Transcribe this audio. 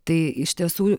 tai iš tiesų